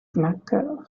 mecca